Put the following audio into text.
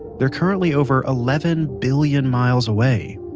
they're currently over eleven billion miles away,